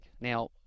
Now